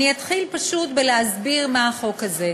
אני אתחיל פשוט בהסבר מה החוק הזה.